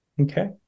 okay